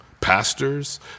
pastors